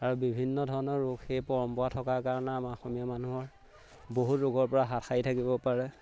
আৰু বিভিন্ন ধৰণৰ ৰোগ সেই পৰম্পৰা থকাৰ কাৰণে আমাৰ অসমীয়া মানুহৰ বহু ৰোগৰ পৰা হাত সাৰি থাকিব পাৰে